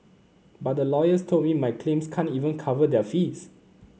but the lawyers told me my claims can't even cover their fees